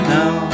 now